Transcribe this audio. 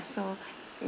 so